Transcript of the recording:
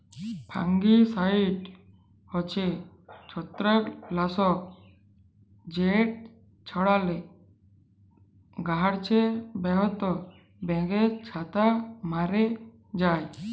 fungicide হছে ছত্রাক লাসক যেট ছড়ালে গাহাছে বহুত ব্যাঙের ছাতা ম্যরে যায়